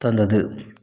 தந்தது